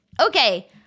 Okay